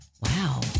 Wow